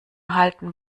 halten